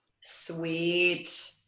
Sweet